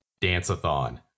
dance-a-thon